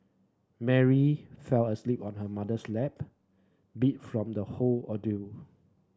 Mary fell asleep on her mother's lap beat from the whole ordeal